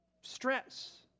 stress